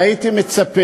זה מה שאמרתי.